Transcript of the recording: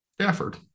Stafford